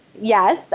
Yes